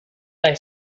high